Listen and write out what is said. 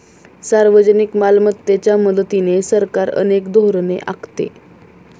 सार्वजनिक मालमत्तेच्या मदतीने सरकार अनेक धोरणे आखते